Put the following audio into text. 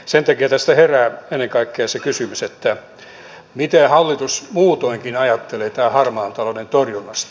sen takia tästä herää ennen kaikkea se kysymys miten hallitus muutoinkin ajattelee tämän harmaan talouden torjunnasta